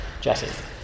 Jesse